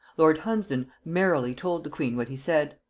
lord hunsdon merrily told the queen what he said.